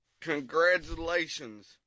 Congratulations